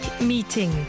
meeting